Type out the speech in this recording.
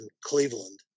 cleveland